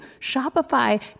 Shopify